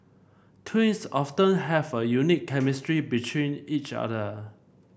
twins often have a unique chemistry between each other